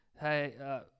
hey